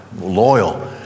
loyal